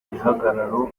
gihagararo